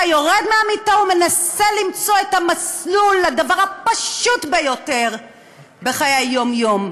אתה יורד מהמיטה ומנסה למצוא את המסלול לדבר הפשוט ביותר בחיי היום-יום,